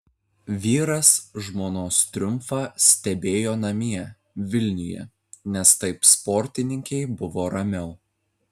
vyras žmonos triumfą stebėjo namie vilniuje nes taip sportininkei buvo ramiau